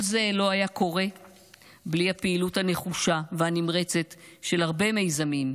כל זה לא היה קורה בלי הפעילות הנחושה והנמרצת של הרבה מיזמים,